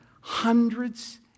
hundreds